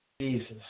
Jesus